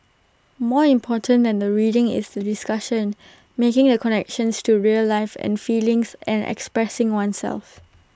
more important than the reading is the discussion making A connections to real life and feelings and expressing oneself